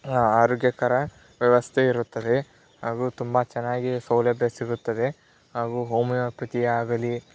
ಆರೋಗ್ಯಕರ ವ್ಯವಸ್ಥೆ ಇರುತ್ತದೆ ಹಾಗೂ ತುಂಬ ಚೆನ್ನಾಗಿ ಸೌಲಭ್ಯ ಸಿಗುತ್ತದೆ ಹಾಗೂ ಹೋಮಿಯೋಪತಿ ಆಗಲಿ